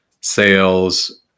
sales